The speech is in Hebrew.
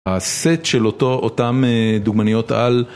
הסט של אותו... אותם דוגמניות על